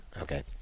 Okay